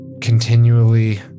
continually